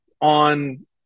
on